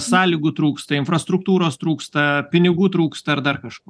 sąlygų trūksta infrastruktūros trūksta pinigų trūksta ar dar kažko